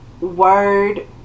word